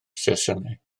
sesiynau